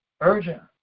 urgent